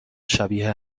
شبیه